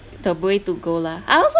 the way to go lah I also